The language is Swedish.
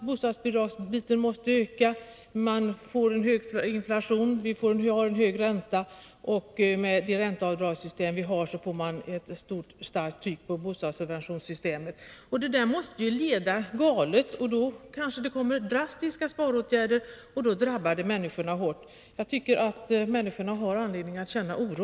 Bostadsbidragen måste öka. Vi får en hög inflation och vi har hög ränta. Med det ränteavdragssystem som vi har blir det ett starkt tryck på bostadssub ventionssystemet. Allt detta måste leda galet, och då kanske det kommer 55 drastiska sparåtgärder som drabbar människorna hårt. Människorna har all anledning att känna oro.